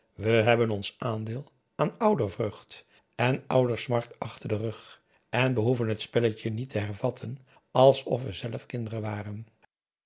we hebben ons aandeel aan oudervreugd en oudersmart achter den rug en behoeven t spelletje niet te hervatten alsof we zelf kinderen waren